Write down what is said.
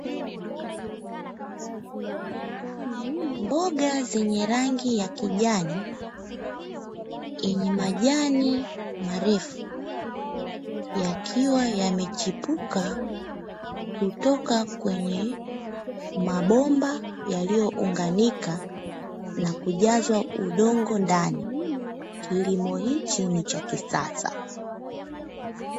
Mboga zenye rangi ya kijani yenye majani yakiwa yamechipuka Kutoka kwenye Mabomba yaliyounganika na kujazwa udongo ndani kilimo hichi ni cha kisasa.